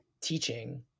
teaching